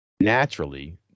naturally